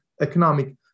economic